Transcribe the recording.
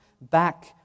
back